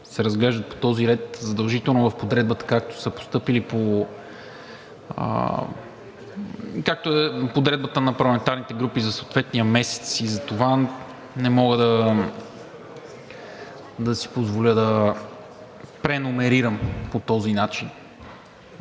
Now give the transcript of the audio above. се разглеждат по този ред задължително и в подредбата, както е подредбата на парламентарните групи за съответния месец. Затова не мога да си позволя да преномерирам по този начин,